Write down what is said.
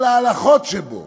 על ההלכות שבו,